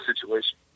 situation